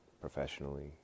professionally